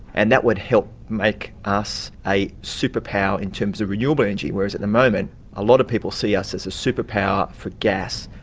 and that would help make us a superpower in terms of renewable energy, whereas at the moment a lot of people see us as a superpower for gas,